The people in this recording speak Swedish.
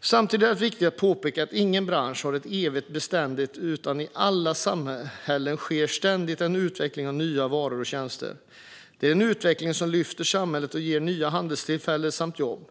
Samtidigt är det viktigt att påpeka att ingen bransch har evig beständighet, utan i alla samhällen sker ständigt en utveckling av nya varor och tjänster. Det är en utveckling som lyfter samhället och ger nya handelstillfällen och jobb.